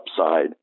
upside